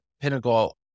Pinnacle